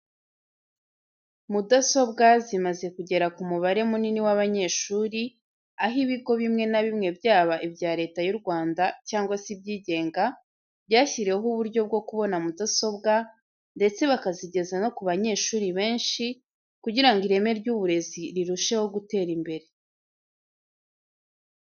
Mudasobwa zimaze kugera ku mubare munini w'abanyeshuri, aho ibigo bimwe na bimwe byaba ibya Leta y'u Rwanda cyangwa se ibyigenga byashyiriweho uburyo bwo kubona mudasobwa, ndetse bakazigeza no ku banyeshuri benshi kugira ngo ireme ry'uburezi rirusheho gutera imbere.